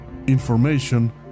Information